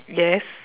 yes